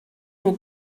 nhw